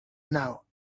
now